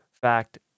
fact